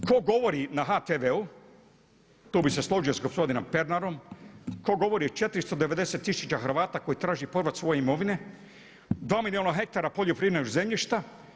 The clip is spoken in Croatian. Tko govori na HTV-u, tu bih se složio sa gospodinom Pernarom, tko govori o 490 tisuća Hrvata koji traže povrat svoje imovine, 2 milijuna hektara poljoprivrednog zemljišta.